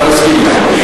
הפכתם להיות,